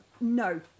No